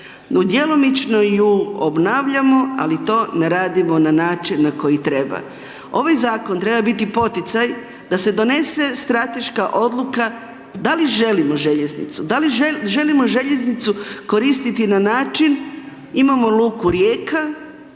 No djelomično ju obnavljamo ali to ne radimo na način na koji treba. Ovaj zakon treba biti poticaj da se donese strateška odluka da li želimo željeznicu, da li želimo željeznicu koristiti na način, imamo i luku Rijeka